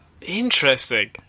interesting